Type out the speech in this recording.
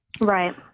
Right